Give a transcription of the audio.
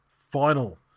final